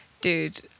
dude